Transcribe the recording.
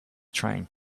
train